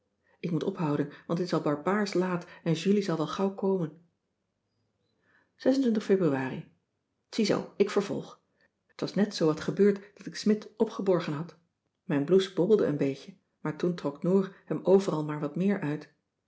ik moet ophouden want t is al barbaarsch laat en julie zal wel gauw komen ebruari iezoo ik vervolg t was net zoowat gebeurd dat ik smidt opgeborgen had mijn blouse bobbelde een beetje maar toen trok noor hem overal maar wat meer uit